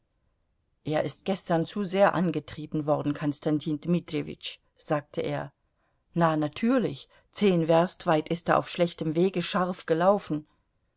er ist gestern zu sehr angetrieben worden konstantin dmitrijewitsch sagte er na natürlich zehn werst weit ist er auf schlechtem wege scharf gelaufen